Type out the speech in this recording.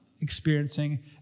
experiencing